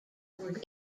were